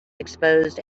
exposed